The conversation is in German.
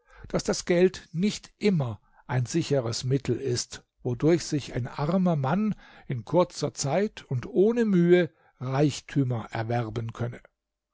daß das geld nicht immer ein sicheres mittel ist wodurch sich ein armer mann in kurzer zeit und ohne mühe reichtümer erwerben könne